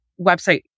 website